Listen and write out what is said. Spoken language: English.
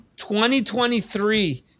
2023